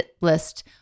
list